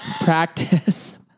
practice